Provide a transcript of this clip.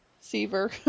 Seaver